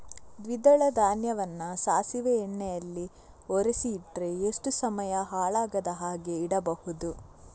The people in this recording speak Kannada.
ದ್ವಿದಳ ಧಾನ್ಯವನ್ನ ಸಾಸಿವೆ ಎಣ್ಣೆಯಲ್ಲಿ ಒರಸಿ ಇಟ್ರೆ ಎಷ್ಟು ಸಮಯ ಹಾಳಾಗದ ಹಾಗೆ ಇಡಬಹುದು?